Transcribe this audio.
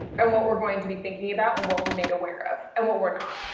and what we're going to be thinking about, and what we're made aware of and what we're not.